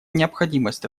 необходимость